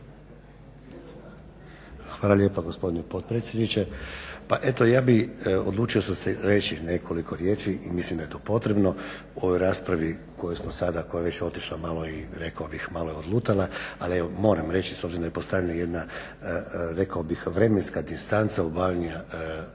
Hvala lijepo gospodine potpredsjedniče. Pa eto ja bi odlučio sam se reći nekoliko riječi i mislim da je to potrebno o raspravi koju smo sada koja je već otišla, rekao bih malo je odlutala. Ali moram reći s obzirom da je postavljena jedna rekao bih vremenska distanca obavljanja određenih